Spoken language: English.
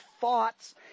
thoughts